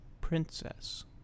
Princess